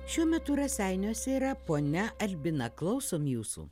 šiuo metu raseiniuose yra ponia albina klausom jūsų